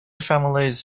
families